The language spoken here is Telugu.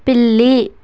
పిల్లి